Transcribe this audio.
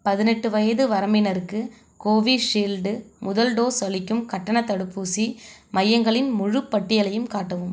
பதினெட்டு வயது வரம்பினருக்கு கோவிஷீல்டு முதல் டோஸ் அளிக்கும் கட்டணத் தடுப்பூசி மையங்களின் முழு பட்டியலையும் காட்டவும்